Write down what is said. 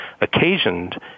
occasioned